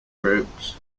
groups